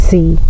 See